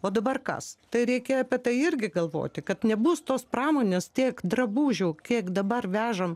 o dabar kas tai reikia apie tai irgi galvoti kad nebus tos pramonės tiek drabužių kiek dabar vežam